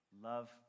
Love